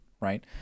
right